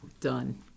Done